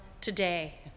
today